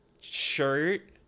shirt